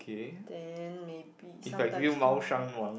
then maybe sometimes two